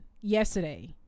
yesterday